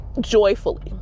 joyfully